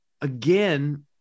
again